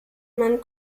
man